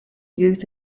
youth